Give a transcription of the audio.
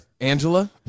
Angela